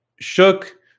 Shook